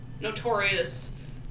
notorious